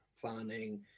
planning